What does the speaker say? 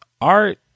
art